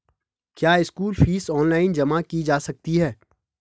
क्या school fees online जमा की जा सकती है?